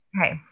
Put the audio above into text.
okay